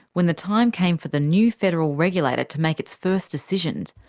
when the time came for the new federal regulator to make its first decisions,